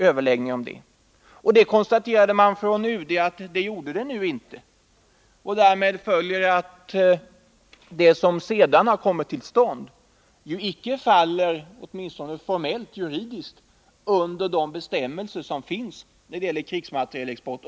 Utrikesdepartementet konstaterade att sådana överläggningar inte förekom. Därav följer att det som sedan kommit till stånd inte faller — åtminstone inte formellt juridiskt — under bestämmelserna om krigsmaterielexport.